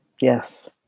Yes